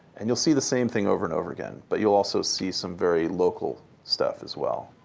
and you'll see the same thing over and over again, but you'll also see some very local stuff as well.